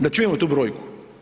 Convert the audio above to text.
Da čujemo tu brojku.